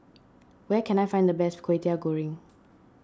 where can I find the best Kwetiau Goreng